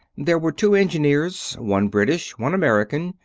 there were two engineers, one british, one american,